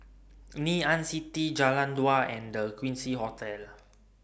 Ngee Ann City Jalan Dua and The Quincy Hotel